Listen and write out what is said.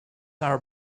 are